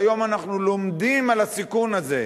והיום אנחנו לומדים על הסיכון הזה.